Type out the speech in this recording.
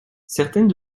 certaines